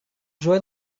joy